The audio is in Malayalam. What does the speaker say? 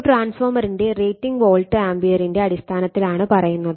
ഒരു ട്രാൻസ്ഫോർമറിന്റെ റേറ്റിംഗ് വോൾട്ട് ആമ്പിയറിന്റെ അടിസ്ഥാനത്തിൽ ആണ് പറയുന്നത്